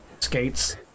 skates